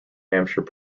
hampshire